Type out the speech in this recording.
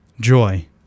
Joy